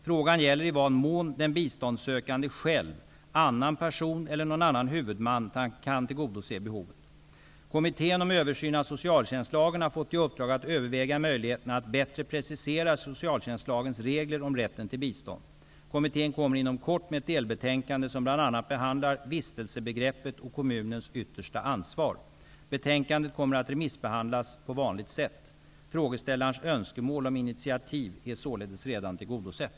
Frågan gäller i vad mån den biståndssökande själv, annan person eller någon annan huvudman kan tillgodose behovet. Kommittén om översyn av socialtjänstlagen har fått i uppdrag att överväga möjligheterna att bättre precisera socialtjänstlagens regler om rätten till bistånd. Kommittén kommer inom kort med ett delbetänkande, som bl.a. behandlar vistelsebegreppet och kommunens yttersta ansvar. Betänkandet kommer att remissbehandlas på vanligt sätt. Frågeställarens önskemål om initiativ är således redan tillgodosett.